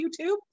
YouTube